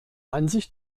ansicht